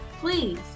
Please